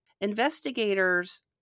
investigators